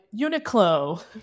Uniqlo